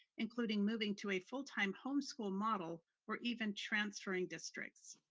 including moving to a full-time home school model or even transferring districts.